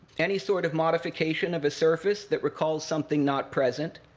any sort of modification of a surface that recalls something not present,